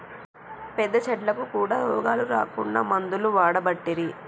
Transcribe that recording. పెద్ద చెట్లకు కూడా రోగాలు రాకుండా మందులు వాడబట్టిరి